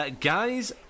guys